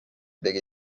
tegi